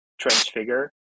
transfigure